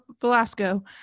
Velasco